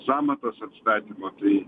sąmatas atstatymo tai